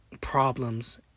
problems